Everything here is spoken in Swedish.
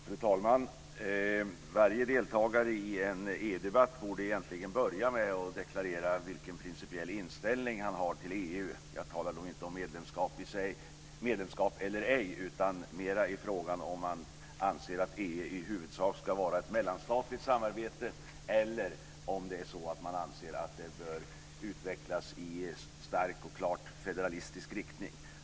Fru talman! Varje deltagare i en EU-debatt borde egentligen börja med att deklarera sin principiella inställning till EU. Jag talar inte om medlemskap eller ej, utan mera om man anser EU i huvudsak ska vara ett mellanstatligt samarbete eller om man anser att EU bör utvecklas i starkt och klart federalistisk riktning.